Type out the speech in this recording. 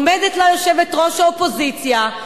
עומדת לה יושבת-ראש האופוזיציה,